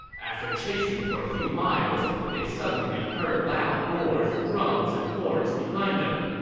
after chasing for a few miles, they suddenly heard loud roars, drums, and horns behind them.